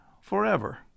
forever